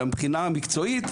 אלא מבחינה מקצועית,